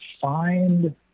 find